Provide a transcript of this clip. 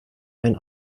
ein